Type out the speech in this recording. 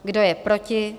Kdo je proti?